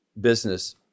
business